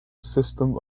system